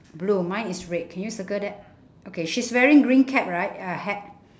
blue mine is red can you circle that okay she's wearing green cap right uh hat